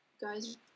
guys